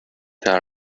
there